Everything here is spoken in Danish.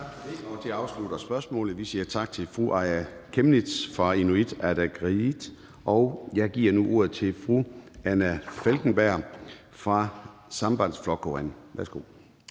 og det afslutter spørgsmålet. Vi siger tak til fru Aaja Chemnitz fra Inuit Ataqatigiit. Jeg giver nu ordet til fru Anna Falkenberg fra Sambandsflokkurin. Værsgo.